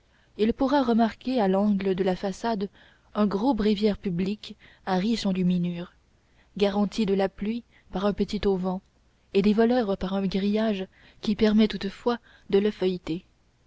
il pourra remarquer à l'angle de la façade un gros bréviaire public à riches enluminures garanti de la pluie par un petit auvent et des voleurs par un grillage qui permet toutefois de le feuilleter